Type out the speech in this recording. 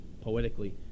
poetically